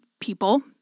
people